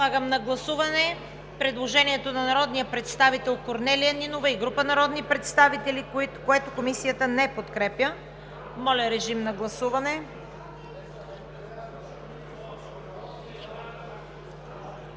Подлагам на гласуване предложението на народния представител Корнелия Нинова и група народни представители, което Комисията не подкрепя. Гласували